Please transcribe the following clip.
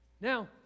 Now